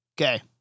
Okay